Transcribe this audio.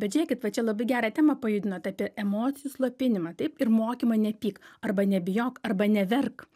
bet žėkit va čia labai gerą temą pajudinot apie emocijų slopinimą taip ir mokymą nepyk arba nebijok arba neverk